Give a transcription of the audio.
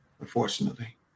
Unfortunately